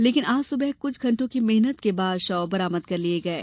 लेकिन आज सुबह कुछ घंटो की मेहनत के बाद शव बरामद कर लिये गये